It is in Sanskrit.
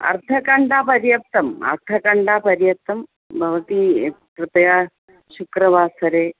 अर्धघण्टापर्याप्तम् अर्धघण्टापर्याप्तं भवती कृपया शुक्रवासरे